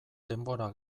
denbora